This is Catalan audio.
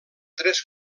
tres